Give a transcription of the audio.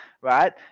right